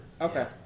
Okay